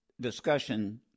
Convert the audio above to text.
discussion